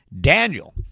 Daniel